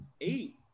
eight